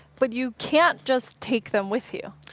but you can't just take them with you.